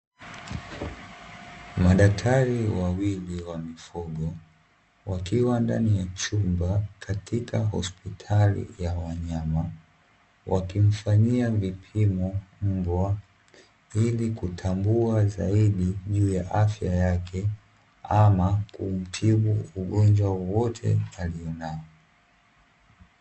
Madaktari wawili wa mifugo, wakiwa ndani ya chumba katika hospitali ya wanyama. Wakimfanyia vipimo mbwa, ili kutambua zaidi juu ya afya yake, ama kuutibu ugonjwa wowote alio nao.